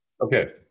Okay